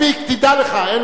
תדע לך, אין לך.